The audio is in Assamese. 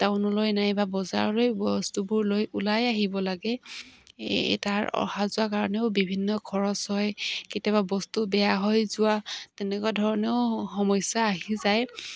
টাউনলৈ নাই বা বজাৰলৈ বস্তুবোৰ লৈ ওলাই আহিব লাগে তাৰ অহা যোৱা কাৰণেও বিভিন্ন খৰচ হয় কেতিয়াবা বস্তু বেয়া হৈ যোৱা তেনেকুৱা ধৰণেও সমস্যা আহি যায়